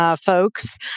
folks